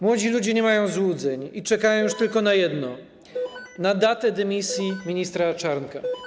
Młodzi ludzie nie mają złudzeń i czekają już tylko na jedno, na datę dymisji ministra Czarnka.